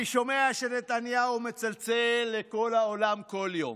אני שומע שנתניהו מצלצל לכל העולם כל יום,